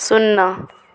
शुन्ना